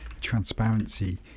transparency